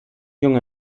junge